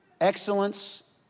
Excellence